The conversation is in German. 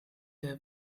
der